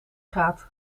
gaat